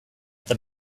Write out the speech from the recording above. this